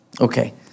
Okay